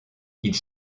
ils